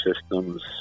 systems